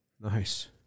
Nice